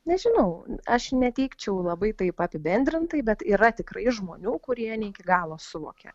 nežinau aš neteikčiau labai taip apibendrintai bet yra tikrai žmonių kurie ne iki galo suvokia